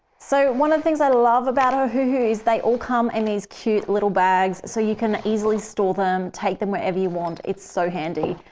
so one of the things i love about ohuhu is they all come and these cute little bags so you can easily store them, take them wherever you want. it's so handy.